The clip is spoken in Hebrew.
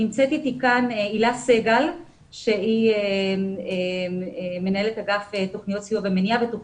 נמצאת אתי כאן הילה סגל שהיא מנהלת אגף תוכניות סיוע ומניעה ואם תרצו,